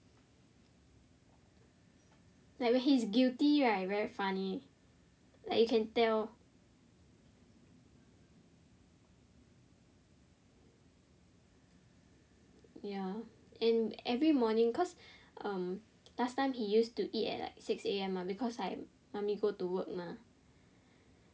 like when he is guilty right very funny like you can tell ya and every morning cause um last time he used to eat at like six A_M mah because like mummy go to work mah